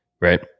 Right